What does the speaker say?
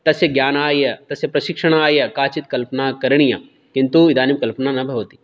तस्य ज्ञानाय तस्य प्रशिक्षणाय काचित् कल्पना करणीया किन्तु इदानीं कल्पना न भवति